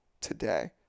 today